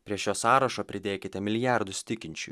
prie šio sąrašo pridėkite milijardus tikinčių